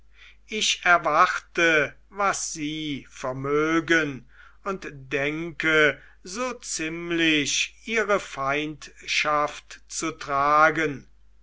ich erwarte was sie vermögen und denke so ziemlich ihre feindschaft zu tragen